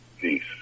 peace